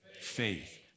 Faith